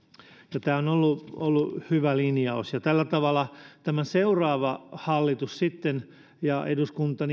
tämä on ollut ollut hyvä linjaus ja tällä tavalla seuraava hallitus ja eduskunta